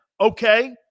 okay